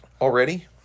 Already